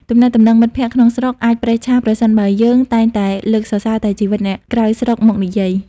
ទំនាក់ទំនងមិត្តភក្តិក្នុងស្រុកអាចប្រេះឆា ប្រសិនបើយើងតែងតែលើកសរសើរតែជីវិតអ្នកក្រៅស្រុកមកនិយាយ។